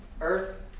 earth